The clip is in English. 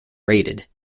raided